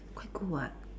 quite cool [what]